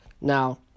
Now